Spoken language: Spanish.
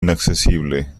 inaccesible